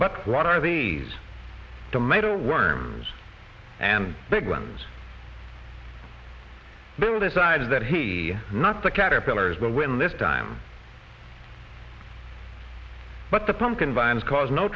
but what are these tomato worms and big ones bill decided that he not the caterpillars will win this time but the pumpkin vines cause no